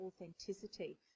authenticity